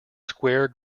square